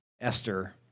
Esther